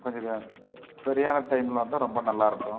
கொஞ்சம் க சரியான டைமில் வந்தால் ரொம்ப நல்லாயிருக்கும்